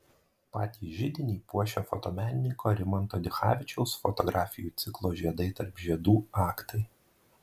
patį židinį puošia fotomenininko rimanto dichavičiaus fotografijų ciklo žiedai tarp žiedų aktai